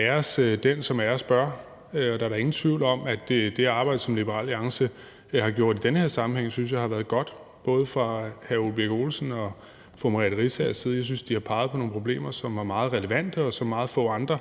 Æres den, som æres bør. Og der er da ingen tvivl om, at det arbejde, som Liberal Alliance har gjort i den her sammenhæng, har været godt, både fra hr. Ole Birk Olesens og fru Merete Riisagers side. Jeg synes, de pegede på nogle problemer, som var meget relevante, og som meget få andre